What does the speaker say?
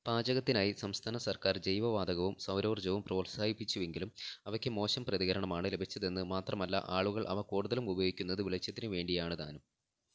പാചകത്തിനായി സംസ്ഥാന സർക്കാർ ജൈവ വാതകവും സൗരോർജ്ജവും പ്രോത്സാഹിപ്പിച്ചുവെങ്കിലും അവയ്ക്ക് മോശം പ്രതികരണമാണ് ലഭിച്ചതെന്ന് മാത്രമല്ല ആളുകൾ അവ കൂടുതലും ഉപയോഗിക്കുന്നത് വെളിച്ചത്തിനു വേണ്ടിയാണ് താനും